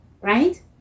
right